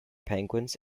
penguins